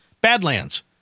Badlands